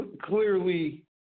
Clearly